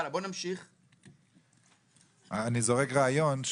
אני זורק רעיון,